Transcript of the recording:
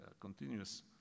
continuous